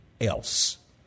else